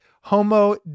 Homo